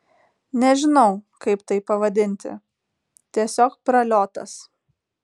nežinau kaip tai pavadinti tiesiog praliotas